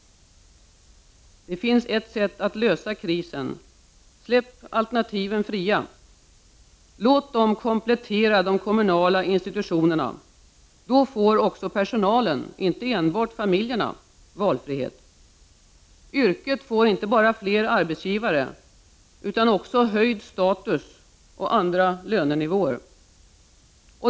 Det finns ett sätt att lösa krisen. Släpp alternativen fria och låt dem komplettera de kommunala institutionerna. Då får även personalen, inte enbart familjerna, valfrihet. Yrket får inte bara flera arbetsgivare utan också höjd status och andra lönenivåer.